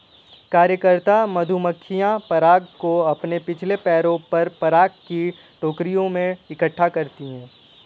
कार्यकर्ता मधुमक्खियां पराग को अपने पिछले पैरों पर पराग की टोकरियों में इकट्ठा करती हैं